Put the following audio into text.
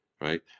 right